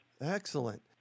Excellent